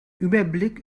überblick